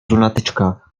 lunatyczka